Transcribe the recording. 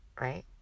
right